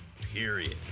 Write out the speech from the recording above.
Period